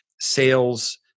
sales